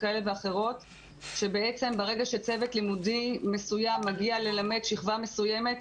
כאלה ואחרות שבעצם שברגע שצוות לימודי מגיע ללמד שכבה מסוימת,